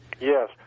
yes